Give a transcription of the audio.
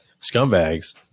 scumbags